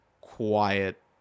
quiet